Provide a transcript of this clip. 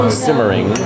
simmering